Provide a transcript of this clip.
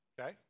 Okay